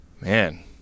Man